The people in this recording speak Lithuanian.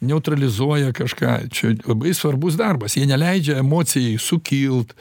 neutralizuoja kažką čia labai svarbus darbas jie neleidžia emocijai sukilt